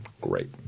Great